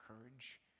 courage